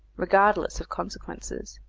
regardless of consequences.